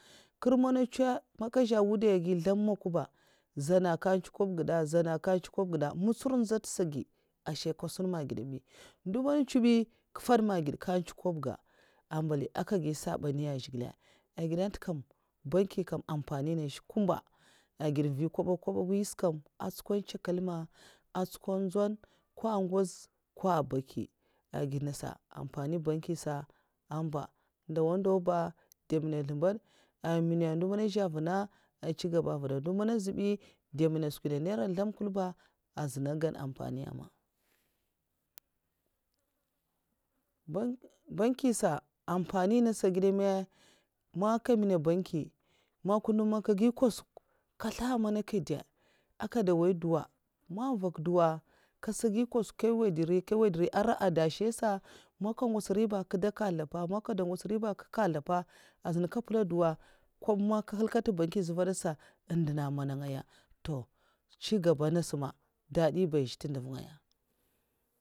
Kèr' mana nchèu'man kè'zè' wudai'è gi' nzlèm, makw' ba zana nkè nchèu kwob dè, zana nka nchèu kwob ga mu'ntsur'nzad tè sgi' asai nkè sun ma gèd bi'ndo man nchèu bi ka fan ma gèd kè nchèu kwob ga aka nga gana mbali aka gi sabani a zhigilè. mbali agidè ntè kam banki kam amfani nènga zhè kumba. èngidè mvi kwoba mwi skam a nchukwad èn ntsakalma ambali ska'a'tsko tsawn ko baki, ko ngwaz ngaya a' gèd nasa amfani banki'n sa kam amba kumba'ndowa ndaw ba dè nwunnè zlèmbad a'n nwunnè ndo man a' zhè mvuna a'nchèu gaba m'vuna ndo man a zhè bi dwo'mwunnè skwi na naira zlèm n nkul ɓa an zina gan amfani ma banki nn sa amfani nnsa a gèda ma man nko ndo man ka gè kwasukw' nkr slaha man nkè dè mwai duwa; man mvak duwa sa kasagi kwasukw' nkè ngwad nri nkè ngwad nri n'ara adashè sa man'nka nguts nriba kè dè kaldapa azuna ka mpul duwa kwob man ka dè nhal kad ntè banki zubarar sa n'nduna man ngaya chingaba nasa ma da'di ba zhè ndundèv ngaya